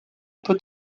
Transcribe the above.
peut